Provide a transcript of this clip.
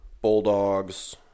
Bulldogs